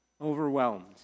Overwhelmed